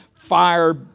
Fire